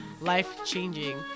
life-changing